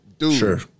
Sure